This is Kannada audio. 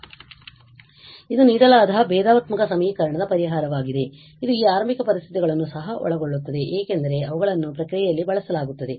ಆದ್ದರಿಂದ ಇದು ನೀಡಲಾದ ಭೇದಾತ್ಮಕ ಸಮೀಕರಣದ ಪರಿಹಾರವಾಗಿದೆ ಇದು ಈ ಆರಂಭಿಕ ಪರಿಸ್ಥಿತಿಗಳನ್ನು ಸಹ ಒಳಗೊಳ್ಳುತ್ತದೆ ಏಕೆಂದರೆ ಅವುಗಳನ್ನು ಪ್ರಕ್ರಿಯೆಯಲ್ಲಿ ಬಳಸಲಾಗುತ್ತದೆ